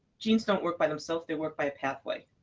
genes don't work by themselves. they work by pathway,